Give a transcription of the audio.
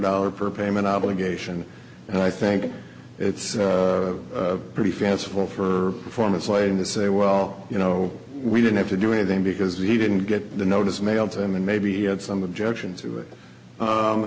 dollars per payment obligation and i think it's pretty fanciful for performance lying to say well you know we didn't have to do anything because we didn't get the notice mailed to them and maybe had some objections to it